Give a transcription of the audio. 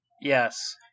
Yes